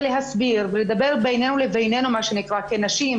להסביר ולדבר בינינו לבינינו כנשים,